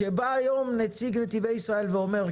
כשבא היום נציג נתיבי ישראל ואומר,